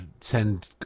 send